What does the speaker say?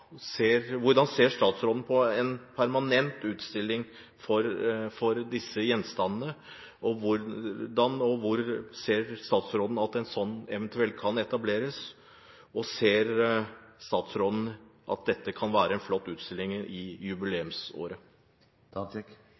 ser statsråden på en permanent utstilling for disse gjenstandene? Hvordan og hvor ser statsråden at en slik eventuelt kan etableres, og ser statsråden at dette kan være en flott utstilling i jubileumsåret?